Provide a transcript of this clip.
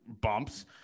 bumps